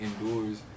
indoors